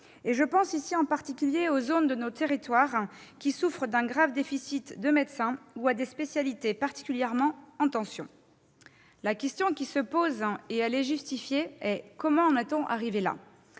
Je pense en particulier aux zones de notre territoire qui souffrent d'un grave déficit de médecins, ou à des spécialités particulièrement en tension. La question qui se pose- elle est justifiée -est celle-ci : comment en est-on arrivé là ?